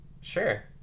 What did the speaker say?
Sure